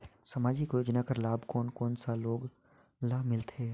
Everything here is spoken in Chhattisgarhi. समाजिक योजना कर लाभ कोन कोन सा लोग ला मिलथे?